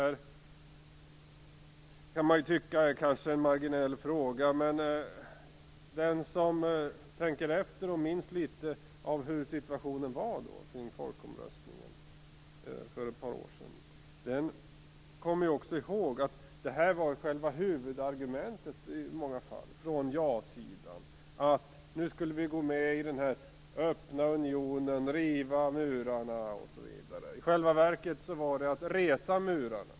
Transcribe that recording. Man kan kanske tycka att det här är en marginell fråga. Men den som tänker efter hur situationen var kring folkomröstningen för ett par år sedan kommer också ihåg att detta i många fall var huvudargumentet från ja-sidan. Vi skulle gå med i en öppen union, riva murarna osv. I själva verket innebar det att resa murar.